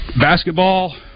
Basketball